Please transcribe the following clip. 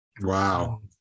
Wow